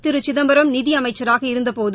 திருசிதம்பரம் நிதிஅமைச்சராக இருந்தபோது